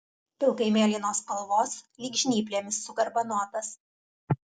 pilkai mėlynos spalvos lyg žnyplėmis sugarbanotas